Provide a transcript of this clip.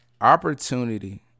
Opportunity